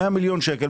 100 מיליון שקל,